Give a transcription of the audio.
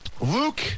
luke